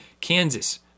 Kansas